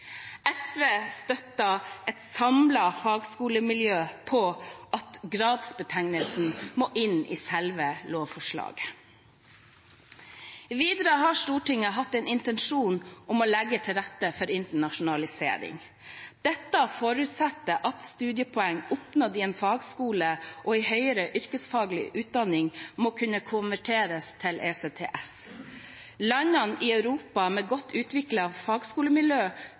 SV støtter et samlet fagskolemiljø i at gradsbetegnelsen må inn i selve lovforslaget. Videre har Stortinget hatt en intensjon om å legge til rette for internasjonalisering. Dette forutsetter at studiepoeng som er oppnådd i en fagskole og i høyere yrkesfaglig utdanning, må kunne konverteres til ECTS, European Credit Transfer and Accumulation System. Landene i Europa med et godt